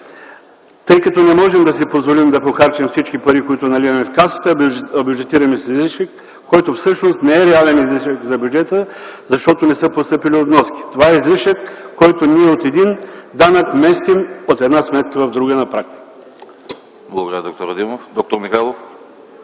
тъй като не можем да си позволим да похарчим всички пари, които наливаме в Касата, бюджетираме с излишък, който всъщност не е реален излишък за бюджета, защото не са постъпили от вноска. Това е излишък, който ние от един данък местим от една сметка на друга, на практика. ПРЕДСЕДАТЕЛ АНАСТАС